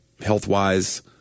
health-wise